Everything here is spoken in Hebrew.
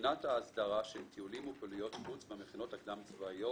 בחינת ההסדרה של טיולים ופעילויות חוץ במכינות הקדם צבאיות